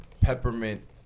peppermint